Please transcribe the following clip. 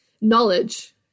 knowledge